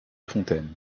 fontaine